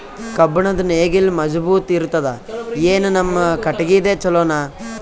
ಕಬ್ಬುಣದ್ ನೇಗಿಲ್ ಮಜಬೂತ ಇರತದಾ, ಏನ ನಮ್ಮ ಕಟಗಿದೇ ಚಲೋನಾ?